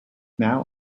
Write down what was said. now